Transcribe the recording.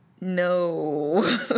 no